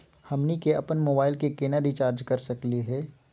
हमनी के अपन मोबाइल के केना रिचार्ज कर सकली हे?